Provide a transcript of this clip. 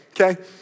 okay